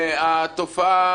התופעה